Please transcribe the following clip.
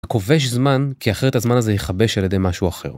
כובש זמן כי אחרי את הזמן הזה ייכבש על ידי משהו אחר.